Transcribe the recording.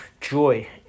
joy